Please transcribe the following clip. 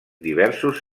diversos